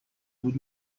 بود